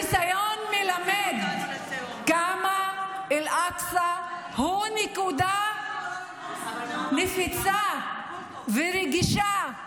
הניסיון מלמד כמה אל-אקצא הוא נקודה נפיצה ורגישה,